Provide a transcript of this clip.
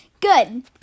Good